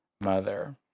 mother